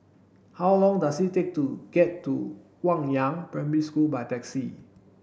how long does it take to get to Guangyang Primary School by taxi